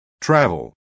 travel